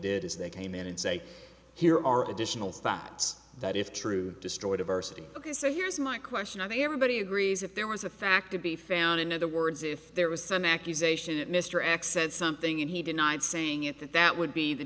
did is they came in and say here are additional facts that if true destroy diversity ok so here's my question i think everybody agrees if there was a fact to be found in other words if there was some accusation that mr x said something and he denied saying it that that would be the